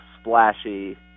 splashy